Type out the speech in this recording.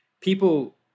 people